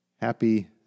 happy